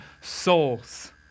souls